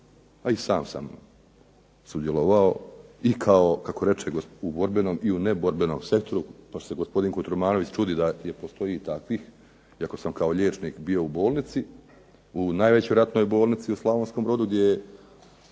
a i sam sam sudjelovao i kao, kako reče, u borbenom i u neborbenom sektoru, pošto se gospodin Kotromanović čudi da postoji i takvih, iako sam kao liječnik bio u bolnici, u najvećoj ratnoj bolnici u Slavonskom Brodu gdje